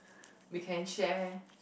we can share